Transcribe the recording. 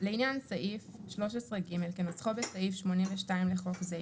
לעניין סעיף 13 ג' כנוסחו בסעיף 82 לחוק זה,